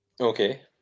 okay